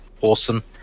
Awesome